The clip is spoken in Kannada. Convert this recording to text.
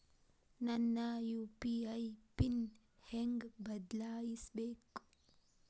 ನನ್ನ ಯು.ಪಿ.ಐ ಪಿನ್ ಹೆಂಗ್ ಬದ್ಲಾಯಿಸ್ಬೇಕು?